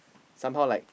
somehow like